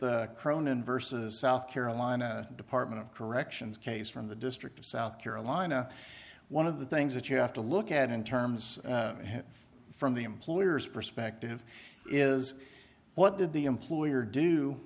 the cronin versus south carolina department of corrections case from the district of south carolina one of the things that you have to look at in terms of from the employer's perspective is what did the employer do